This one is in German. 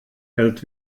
hält